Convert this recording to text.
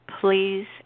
please